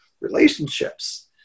relationships